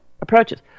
approaches